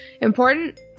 important